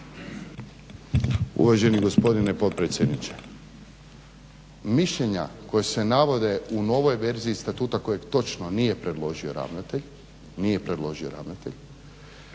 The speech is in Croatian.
Uvaženi gospodine potpredsjedniče, mišljenja koja se navode u novoj verziji statuta kojeg točno, nije predložio ravnatelj su različita samo